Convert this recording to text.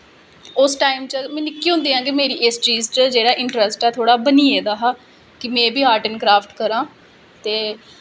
उस टाईम च निक्के होंदैं गै मेरी इस चीज़ च इंट्रस्ट जेह्ड़ा बनी गेदा हा कि में बी आर्ट ऐंड़ क्राफ्च करां ते